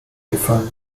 gefallen